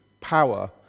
power